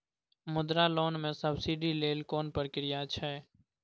मुद्रा लोन म सब्सिडी लेल कोन प्रक्रिया छै?